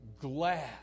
glad